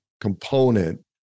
component